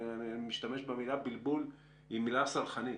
אני משתמש במילה בלבול שהיא מילה סלחנית,